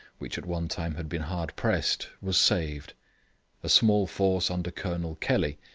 which at one time had been hard pressed, was saved a small force under colonel kelly,